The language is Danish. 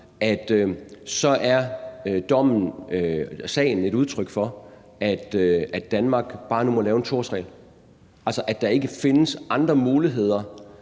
at sagen er et udtryk for, at Danmark nu må lave en 2-årsregel, altså at der ikke findes andre muligheder